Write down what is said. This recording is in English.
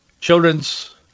Children's